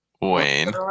Wayne